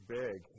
big